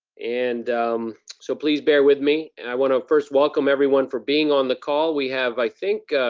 and so please bear with me, and i want to first welcome everyone for being on the call. we have, i think,